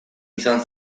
izan